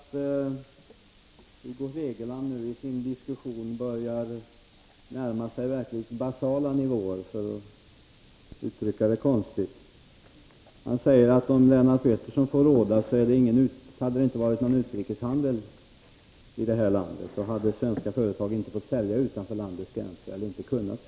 Herr talman! Jag tycker att Hugo Hegeland i sin argumentering börjar närma sig verkligt basala nivåer, för att uttrycka sig konstigt. Han säger att om Lennart Pettersson hade fått råda hade det inte varit någon utrikeshandel i det här landet, för då hade svenska företag inte fått eller inte kunnat sälja utanför landets gränser.